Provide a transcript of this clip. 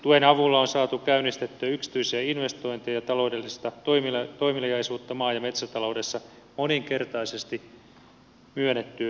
tuen avulla on saatu käynnistettyä yksityisiä investointeja ja taloudellista toimeliaisuutta maa ja metsätaloudessa moninkertaisesti myönnettyyn tukeen verrattuna